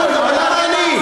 אבל למה אני?